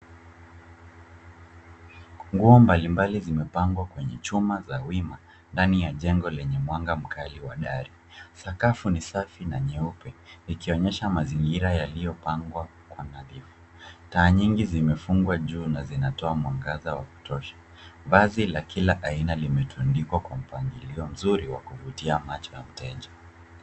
Nguo mbalimbali zimepangwa kwenye chuma za wima ndani ya jengo lenye mwanga mkali wa dari. Sakafu ni safi na nyeupe ikionyesha mazingira yaliyopangwa kwa nadhifu. Taa nyingi zimefungwa juu na zinatoa mwangaza wa kutosha. Vazi la kila aina limetundikwa kwa mpangilio mzuri wa kuvutia macho ya mteja.